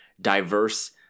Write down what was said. diverse